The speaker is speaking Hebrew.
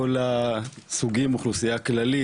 כל הסוגים, אוכלוסייה כללית.